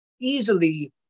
easily